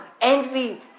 envy